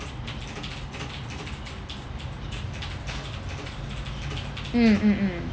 mm mm mm